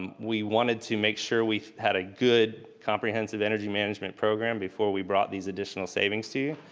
um we wanted to make sure we had a good comprehensive energy management program before we brought these additional savings to you.